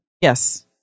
Yes